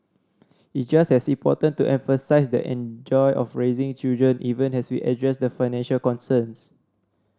it's just as important to emphasise the enjoy of raising children even as we address the financial concerns